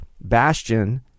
bastion